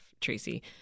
Tracy